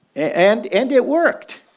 and and it worked.